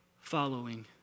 following